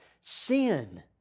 sin